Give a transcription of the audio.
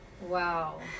Wow